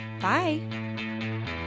Bye